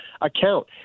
account